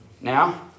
Now